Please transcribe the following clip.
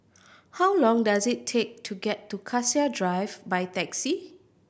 how long does it take to get to Cassia Drive by taxi